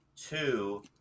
Two